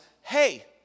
hey